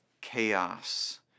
Chaos